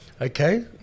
Okay